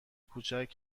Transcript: کوچک